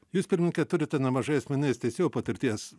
jūs pirmininke turite nemažai asmeninės teisėjo patirties